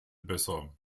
besser